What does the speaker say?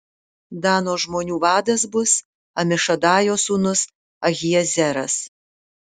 dano žmonių vadas bus amišadajo sūnus ahiezeras